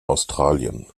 australien